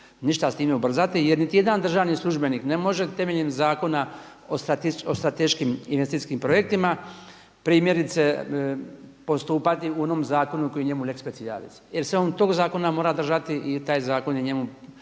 ništa s time ubrzati jer niti jedan državni službenik ne može temeljem Zakona o strateškim investicijskim projektima, primjerice, postupati u onom zakonu koji je njemu lex specialis jer se on tog zakona mora držati i taj zakon je njemu